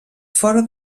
fora